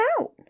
out